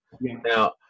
now